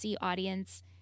audience